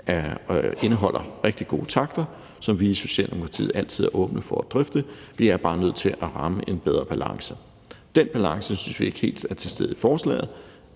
indeholder rigtig gode takter, som vi i Socialdemokratiet altid er åbne over for at drøfte. Vi er bare nødt til at ramme en bedre balance. Den balance synes vi ikke helt er til stede i forslaget,